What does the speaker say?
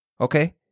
okay